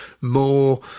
more